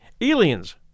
aliens